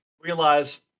realize